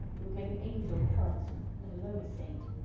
it would make an angel quarrelsome let alone a saint.